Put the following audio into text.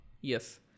Yes